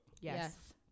Yes